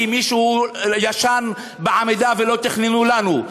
כי מישהו ישן בעמידה ולא תכננו לנו.